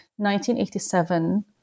1987